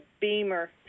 beamer